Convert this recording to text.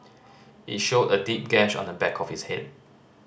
it showed a deep gash on the back of his head